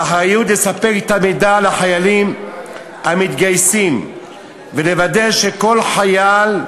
האחריות לספק את המידע לחיילים המתגייסים ולוודא שכל חייל,